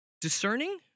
discerning